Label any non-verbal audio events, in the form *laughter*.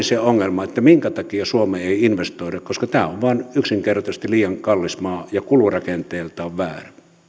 *unintelligible* se ongelma minkä takia suomeen ei investoida koska tämä on vain yksinkertaisesti liian kallis maa ja kulurakenteeltaan väärä